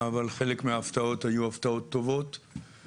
אבל חלק מההפתעות היו הפתעות טובות,